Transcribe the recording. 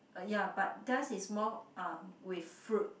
uh ya but theirs is more uh with fruit